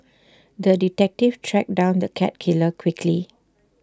the detective tracked down the cat killer quickly